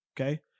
Okay